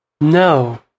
No